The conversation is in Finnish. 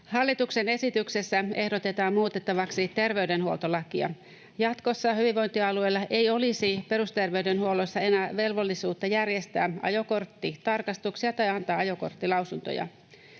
Hallituksen esityksessä ehdotetaan muutettavaksi terveydenhuoltolakia. Jatkossa hyvinvointialueella ei olisi perusterveydenhuollossa enää velvollisuutta järjestää ajokorttitarkastuksia tai antaa ajokorttilausuntoja.